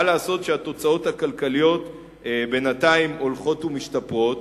מה לעשות שהתוצאות הכלכליות בינתיים הולכות ומשתפרות